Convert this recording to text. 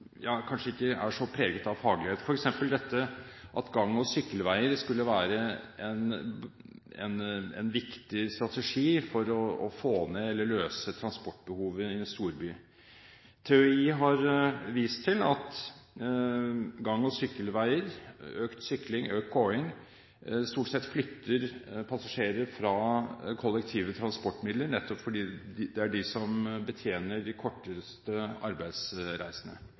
kanskje ikke er så preget av faglighet, f.eks. det at gang- og sykkelveier skulle være en viktig strategi for å få ned eller løse transportbehovet i en storby. Teori har vist til at gang- og sykkelveier – mer sykling og mer gange – stort sett flytter passasjerer fra kollektive transportmidler, nettopp fordi det er de som betjener de korteste